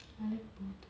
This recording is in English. I like both